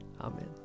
Amen